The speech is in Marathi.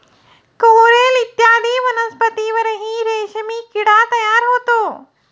कोरल इत्यादी वनस्पतींवरही रेशीम किडा तयार होतो